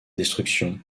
destruction